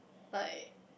like